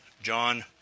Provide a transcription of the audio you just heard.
John